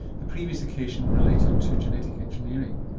the previous occasion related to genetic engineering